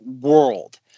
world